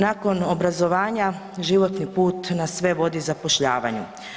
Nakon obrazovanja životni put nas sve vodi zapošljavanju.